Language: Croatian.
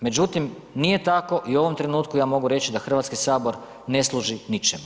Međutim, nije tako i u ovom trenutku ja mogu reći da Hrvatski sabor ne služi ničemu.